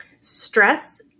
Stress